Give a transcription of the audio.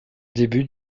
début